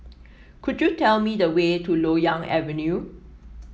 could you tell me the way to Loyang Avenue